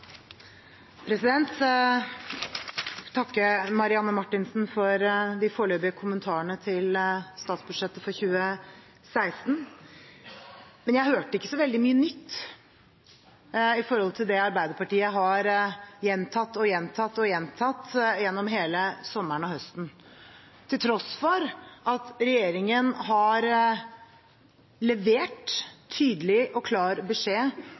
vil takke Marianne Marthinsen for de foreløpige kommentarene til statsbudsjettet for 2016. Men jeg hørte ikke så veldig mye nytt i forhold til det Arbeiderpartiet har gjentatt, gjentatt og gjentatt gjennom hele sommeren og høsten, til tross for at regjeringen har levert tydelig og klar beskjed